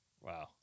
wow